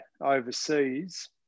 overseas